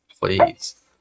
Please